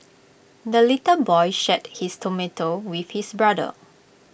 the little boy shared his tomato with his brother